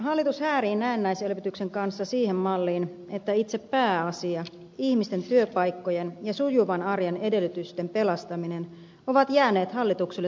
hallitus häärii näennäiselvytyksen kanssa siihen malliin että itse pääasia ihmisten työpaikkojen ja sujuvan arjen edellytysten pelastaminen on jäänyt hallitukselle sivuseikaksi